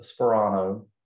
Sperano